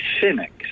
cynics